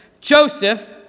Joseph